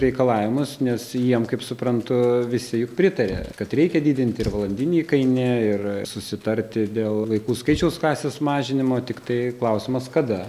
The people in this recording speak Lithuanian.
reikalavimus nes jiem kaip suprantu visi pritarė kad reikia didinti ir valandinį įkainį ir susitarti dėl vaikų skaičiaus klasės mažinimo tiktai klausimas kada